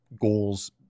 goals